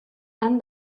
han